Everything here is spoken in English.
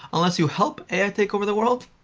unless you help ai take over the world.